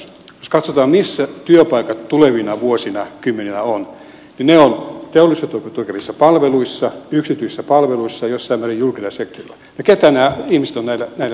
jos katsotaan missä työpaikat tulevina vuosina vuosikymmeninä ovat niin ne ovat teollisuutta tukevissa palveluissa yksityisissä palveluissa jossain määrin julkisella sektorilla ja ketä nämä ihmiset ovat näillä sektoreilla